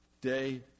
day